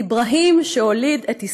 / אברהים שהוליד את איסחק.